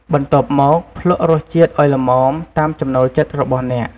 បន្ទាប់មកភ្លក្សរសជាតិឲ្យល្មម តាមចំណូលចិត្តរបស់អ្នក។